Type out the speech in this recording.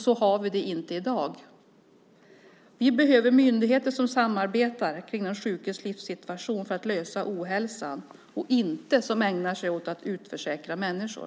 Så har vi det inte i dag. Vi behöver myndigheter som samarbetar kring den sjukes livssituation för att lösa problemen med ohälsa och inte sådana som ägnar sig åt att utförsäkra människor.